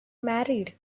married